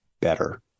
better